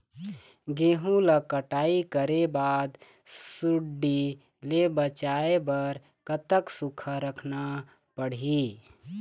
गेहूं ला कटाई करे बाद सुण्डी ले बचाए बर कतक सूखा रखना पड़ही?